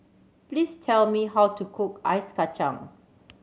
please tell me how to cook ice kacang